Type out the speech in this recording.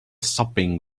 sopping